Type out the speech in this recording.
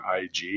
IG